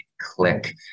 click